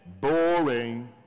Boring